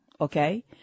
Okay